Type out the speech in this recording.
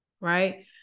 Right